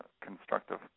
constructive